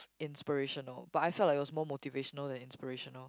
inspirational but I felt like it was more motivational than inspirational